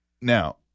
Now